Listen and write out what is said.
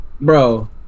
Bro